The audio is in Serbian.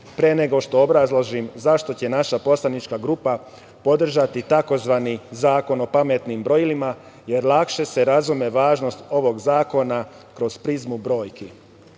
pre nego što obrazložim zašto će naša poslanička grupa podržati tzv. zakon o pametnim brojilima, jer lakše se razume važnost ovog zakona, kroz prizmu